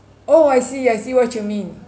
oh I see I see what you mean